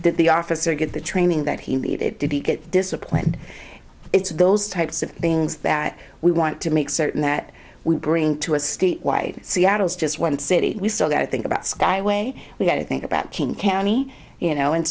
did the officer get the training that he needed to be get disciplined it's those types of things that we want to make certain that we bring to a state wide seattle's just one city we saw that i think about skyway we've got to think about king county you know and